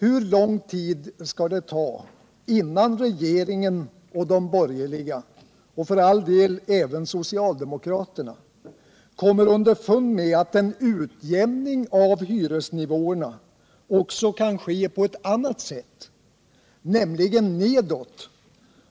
Hur lång tid skall det ta innan regeringen och de borgerliga och för all del även socialdemokraterna kommer underfund med att en utjämning av hyresnivåerna också kan ske på ett annat sätt, nämligen nedåt